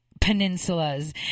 peninsulas